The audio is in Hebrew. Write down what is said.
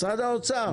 משרד האוצר.